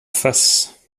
face